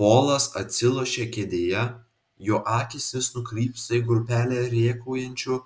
polas atsilošia kėdėje jo akys vis nukrypsta į grupelę rėkaujančių